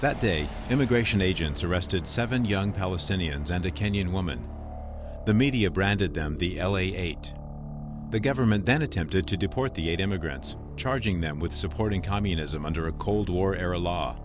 that day immigration agents arrested seven young palestinians and a kenyan woman the media branded them the l a eight the government then attempted to deport the eight immigrants charging them with supporting communism under a cold war era law